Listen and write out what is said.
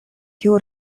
kiu